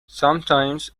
sometimes